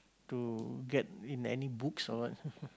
to get in any books or what